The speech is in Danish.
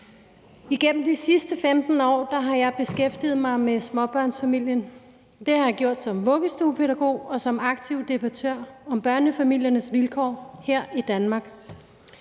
Igennem de sidste 15 år har jeg beskæftiget mig med småbørnsfamilien. Det har jeg gjort som vuggestuepædagog og som aktiv debattør om børnefamiliernes vilkår her i Danmark.